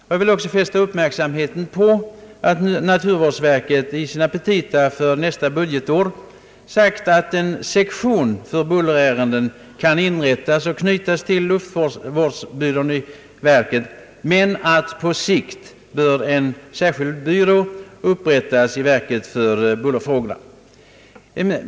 Jag vill också fästa uppmärksamheten på att naturvårdsverket i sina petita för nästa budgetår uttalat att en sektion för bullerärenden kan inrättas och knytas till luftvårdsbyrån i verket men att på sikt en särskild byrå för bullerfrågorna bör upprättas inom verket.